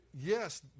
yes